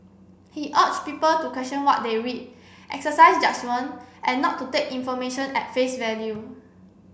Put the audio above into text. he urge people to question what they read exercise judgement and not to take information at face value